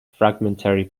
fragmentary